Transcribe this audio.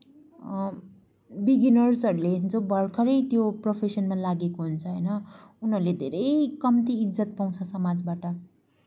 बिगिनर्सहरूले जो भर्खरै त्यो प्रोफेसनमा लागेको हुन्छ होइन उनीहरूले धेरै कम्ती इज्जत पाउँछ समाजबाट